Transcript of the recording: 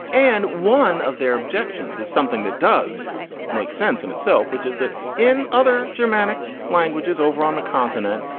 and one of their objections is something that does make sense in itself, which is that in other germanic languages over on the continent,